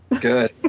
Good